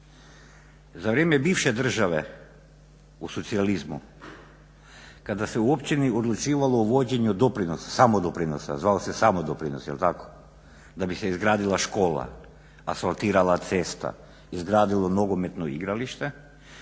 Za vrijeme bivše države u socijalizmu, kada se u općini odlučivalo o uvođenju doprinosa, samodoprinosa, zvao se samo doprinos, da bi se izgradila škola, asfaltirala cesta, izgradilo nogometno igralište,